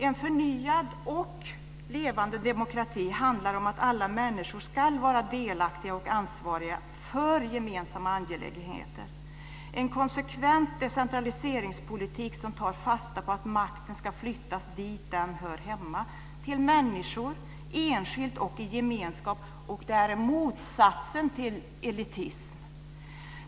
En förnyad och levande demokrati handlar om att alla människor ska vara delaktiga och ansvariga för gemensamma angelägenheter, en konsekvent decentraliseringspolitik som tar fasta på att makten ska flyttas dit den hör hemma: till människor, enskilt och i gemenskap, som är motsatsen till elitism.